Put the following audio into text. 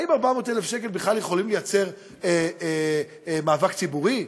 האם ב-400,000 שקל בכלל יכולים ליצור מאבק ציבורי?